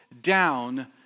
down